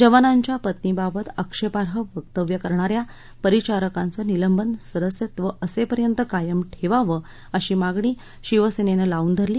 जवानांच्या पत्नीबाबत आक्षेपार्ह वक्तव्य करणा या परिचारकांचं निलंबन सदस्यत्व असेपर्यंत कायम ठेवावं अशी मागणी शिवसेनेनं लावुन धरली